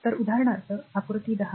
तर उदाहरणार्थ १० आकृती १